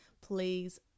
please